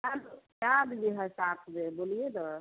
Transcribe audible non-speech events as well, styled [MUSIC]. [UNINTELLIGIBLE] क्या आदमी है साथ में बोलिए ना